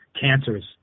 cancers